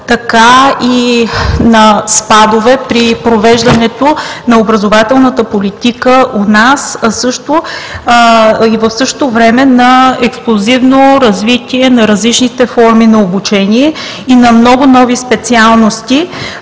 така и на спадове при провеждането на образователната политика у нас и в същото време на експлозивно развитие на различните форми на обучение, на много нови специалности,